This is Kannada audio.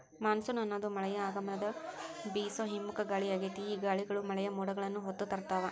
ಮಾನ್ಸೂನ್ ಅನ್ನೋದು ಮಳೆಯ ಆಗಮನದ ಬೇಸೋ ಹಿಮ್ಮುಖ ಗಾಳಿಯಾಗೇತಿ, ಈ ಗಾಳಿಗಳು ಮಳೆಯ ಮೋಡಗಳನ್ನ ಹೊತ್ತು ತರ್ತಾವ